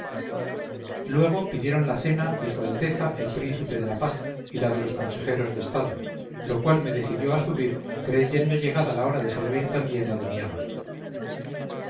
luego pidieron la cena de s a el príncipe de la paz y la de los consejeros de estado lo cual me decidió a subir creyendo llegada la hora de servir también la de mi ama